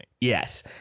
yes